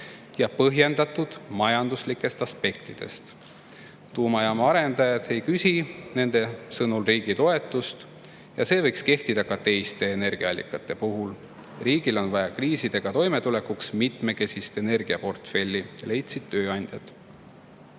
ja põhjendatud majanduslike aspektidega. Tuumajaama arendajad ei küsi nende sõnul riigi toetust ja see võiks kehtida ka teiste energiaallikate puhul. Riigil on vaja kriisidega toimetulekuks mitmekesist energiaportfelli, leidsid tööandjad.